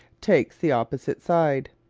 takes the opposite side